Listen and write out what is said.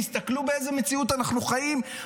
תסתכלו באיזה מציאות אנחנו חיים,